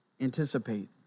anticipate